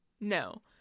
no